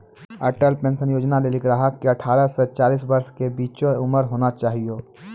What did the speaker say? Atal pension Yojana लेली ग्राहक के अठारह से चालीस वर्ष के बीचो उमर होना चाहियो